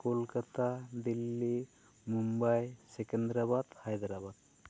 Kolkata Delhi Mumbai Secunderabad Hyderabad